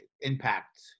impact